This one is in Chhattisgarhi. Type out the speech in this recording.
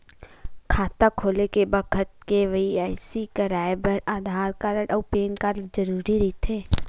खाता खोले के बखत के.वाइ.सी कराये बर आधार कार्ड अउ पैन कार्ड जरुरी रहिथे